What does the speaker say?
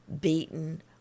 beaten